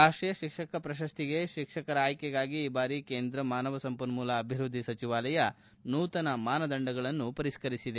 ರಾಷ್ಟೀಯ ಶಿಕ್ಷಕ ಪ್ರಶಸ್ತಿಗೆ ಶಿಕ್ಷಕರ ಆಯ್ಕೆಗಾಗಿ ಈ ಬಾರಿ ಕೇಂದ್ರ ಮಾನವ ಸಂಪನ್ಮೂಲ ಅಭಿವೃದ್ಧಿ ಸಚಿವಾಲಯ ನೂತನ ಮಾನದಂಡಗಳನ್ನು ಪರಿಷ್ಕರಿಸಿದೆ